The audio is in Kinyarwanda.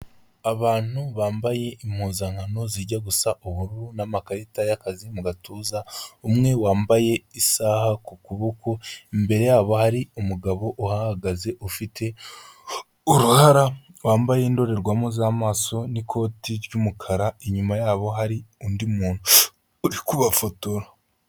Abantu bambaye impuzankano zijya gusa ubururu, n'amakarita y'akazi mu gatuza, umwe wambaye isaha ku kuboko, imbere yabo hari umugabo uhahagaze, ufite uruhara wambaye indorerwamo z'amaso n'ikoti ry'umukara, inyuma yabo hari undi muntu uri kubafotora.